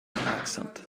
accent